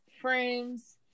friends